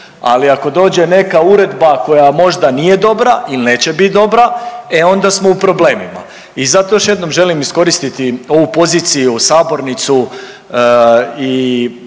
ali ako dođe neka uredba koja možda nije dobra ili neće bit dobra e onda smo u problemima. I zato još jednom želim iskoristiti ovu poziciju, sabornicu i